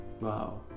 Wow